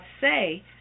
say